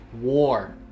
war